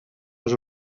als